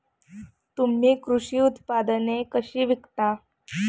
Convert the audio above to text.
तुम्ही कृषी उत्पादने कशी विकता?